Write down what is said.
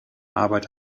arbeit